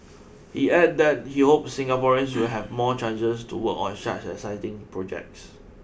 he added that he hopes Singaporeans will have more chances to work on such exciting projects